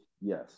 Yes